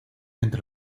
entre